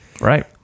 Right